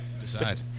Decide